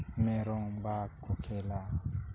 ᱢᱮᱨᱚᱢᱼᱵᱟᱜᱽ ᱠᱚ ᱠᱷᱮᱹᱞᱟ